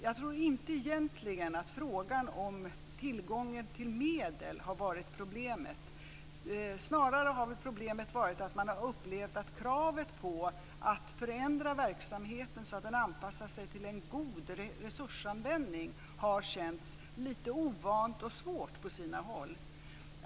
Jag tror egentligen inte att frågan om tillgång till medel har varit problemet. Snarare har problemet varit att kravet på att förändra verksamheten så att den anpassar sig till en god resursanvändning har känts lite ovant och svårt på sina håll.